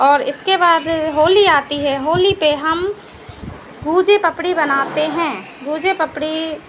और इसके बाद होली आती है होली पर हम गुझी पपड़ी बनाते हैं गुझी पपड़ी